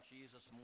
Jesus